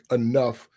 enough